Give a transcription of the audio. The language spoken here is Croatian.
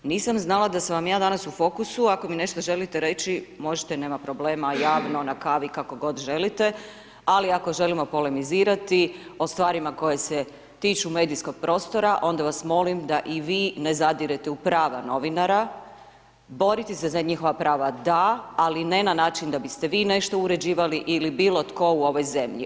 Nisam znala da sam vam ja danas u fokusu, a ako mi nešto želite reći, možete nema problema, javno, na kavi, kako god želite, ali ako želimo polemizirati o stvarima koje se tiču medijskog prostora, onda vas molim da i vi ne zadirete u prava novinara, boriti se za njihova prava, da ali ne na način, da biste vi nešto uređivali ili bilo tko u ovoj zemlji.